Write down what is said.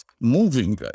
moving